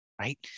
right